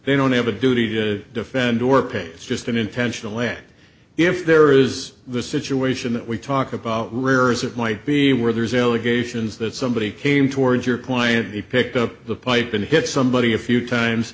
they don't have a duty to defend or pay just an intentional way if there is the situation that we talk about where is it might be where there's allegations that somebody came towards your client he picked up the pipe and hit somebody a few times